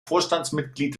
vorstandsmitglied